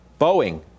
Boeing